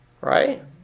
Right